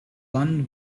one